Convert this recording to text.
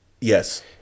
Yes